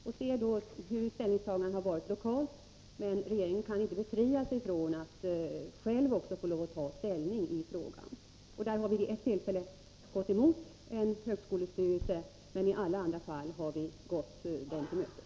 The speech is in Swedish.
Vi kan se hur ställningstagandena har varit lokalt, men regeringen kan inte befria sig från att själv ta ställning i frågan. Vid ett tillfälle har vi då gått emot en högskolestyrelse, men i alla andra fall har vi gått styrelsen till mötes.